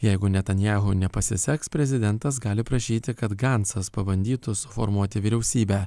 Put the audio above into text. jeigu netanyahu nepasiseks prezidentas gali prašyti kad gancas pabandytų suformuoti vyriausybę